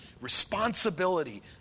responsibility